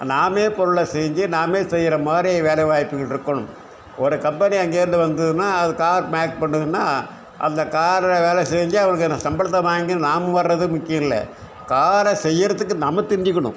நாமே பொருளை செஞ்சு நாமே செய்கிற மாதிரி வேலைவாய்ப்புகள் இருக்கணும் ஒரு கம்பெனி அங்கேருந்து வந்ததுன்னா அது கார் மேக் பண்ணுதுனா அந்த காரில் வேலை செஞ்சு அவங்களுக்கான சம்பளத்தை வாங்கின்னு நாம வரது முக்கிய இல்லை காரை செய்கிறத்துக்கு நம்ம தெரிஞ்சுக்கணும்